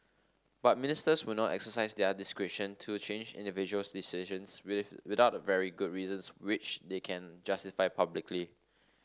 but Ministers will not exercise their discretion to change individuals decisions with without very good reasons which they can justify publicly